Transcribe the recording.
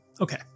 Okay